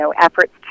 efforts